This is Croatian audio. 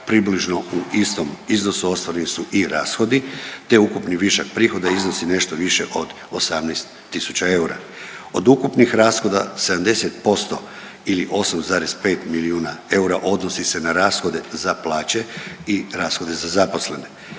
približno u istom iznosu ostvareni su i rashodi, te ukupni višak prihoda iznosi nešto više od 18000 eura. Od ukupnih rashoda 70% ili 8,5 milijuna eura odnosi se na rashode za plaće i rashode za zaposlene.